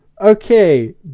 Okay